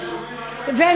וחוק השופטים,